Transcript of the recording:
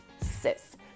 sis